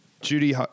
Judy